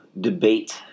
debate